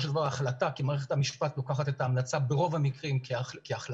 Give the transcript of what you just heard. של דבר היא החלטה כי מערכת המשפט לוקחת את ההמלצה ברוב המקרים כהחלטה,